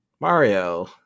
Mario